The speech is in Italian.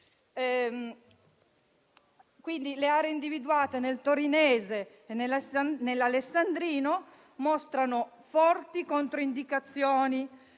Torino. Le aree individuate nel torinese e nell'alessandrino mostrano forti controindicazioni,